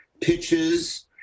pitches